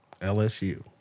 LSU